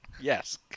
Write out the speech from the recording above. Yes